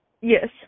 Yes